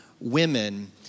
women